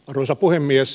arvoisa puhemies